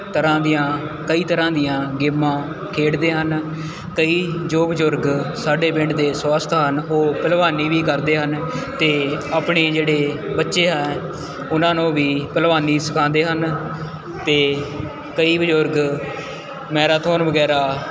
ਤਰ੍ਹਾਂ ਦੀਆਂ ਕਈ ਤਰ੍ਹਾਂ ਦੀਆਂ ਗੇਮਾਂ ਖੇਡਦੇ ਹਨ ਕਈ ਜੋ ਬਜ਼ੁਰਗ ਸਾਡੇ ਪਿੰਡ ਦੇ ਸਵਸਥ ਹਨ ਉਹ ਭਲਵਾਨੀ ਵੀ ਕਰਦੇ ਹਨ ਅਤੇ ਆਪਣੇ ਜਿਹੜੇ ਬੱਚੇ ਹੈ ਉਨ੍ਹਾਂ ਨੂੰ ਵੀ ਭਲਵਾਨੀ ਸਿਖਾਉਂਦੇ ਹਨ ਅਤੇ ਕਈ ਬਜ਼ੁਰਗ ਮੈਰਾਥੋਨ ਵਗੈਰਾ